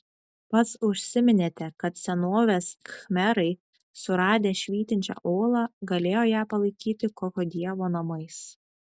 pats užsiminėte kad senovės khmerai suradę švytinčią olą galėjo ją palaikyti kokio dievo namais